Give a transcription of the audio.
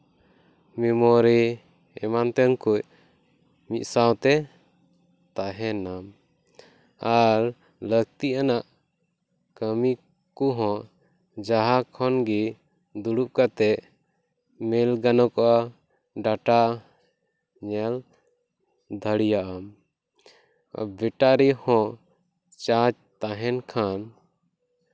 memory ᱮᱢᱟᱱ ᱛᱮᱱᱟᱜ ᱠᱚ ᱢᱤᱫ ᱥᱟᱶᱛᱮ ᱛᱟᱦᱮᱱᱟ ᱟᱨ ᱞᱟᱹᱠᱛᱤ ᱟᱱᱟᱜ ᱠᱟᱹᱢᱤ ᱠᱚᱦᱚᱸ ᱡᱟᱦᱟᱸ ᱠᱷᱚᱱ ᱜᱮ ᱫᱩᱲᱩᱵ ᱠᱟᱛᱮᱫ ᱢᱮᱞ ᱜᱟᱱᱚᱜᱼᱟ ᱰᱟᱴᱟ ᱧᱮᱞ ᱫᱟᱲᱮᱭᱟᱜᱼᱟᱢ ᱵᱮᱴᱟᱨᱤ ᱦᱚᱸ ᱪᱟᱨᱡ ᱛᱟᱦᱮᱱ ᱠᱷᱟᱱ